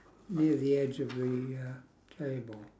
near the edge of the uh table